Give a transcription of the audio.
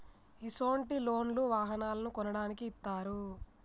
ఇసొంటి లోన్లు వాహనాలను కొనడానికి ఇత్తారు